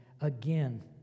again